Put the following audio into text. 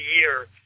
year